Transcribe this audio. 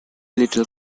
little